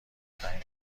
تعیین